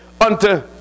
unto